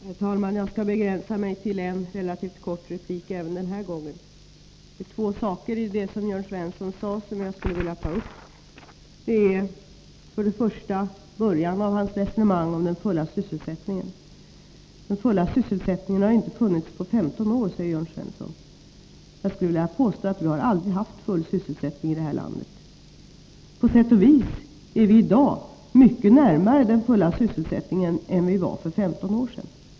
Herr talman! Jag skall begränsa mig till en relativt kort replik även den här gången. Två saker i det Jörn Svensson sade skall jag ta upp, först början av hans resonemang om den fulla sysselsättningen. Den fulla sysselsättningen har inte funnits på 15 år, säger Jörn Svensson. Jag skulle vilja påstå att vi aldrig har haft full sysselsättning här i landet. På sätt och vis är vi i dag mycket närmare den fulla sysselsättningen än vi var för 15 år sedan.